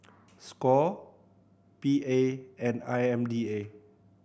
score P A and I M D A